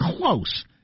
close